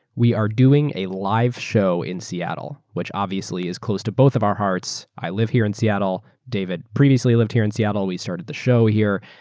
we are doing a live show in seattle, which obviously is close to both of our hearts. i live here in seattle, david previously lived here in seattle, we started the show here.